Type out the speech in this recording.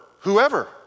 whoever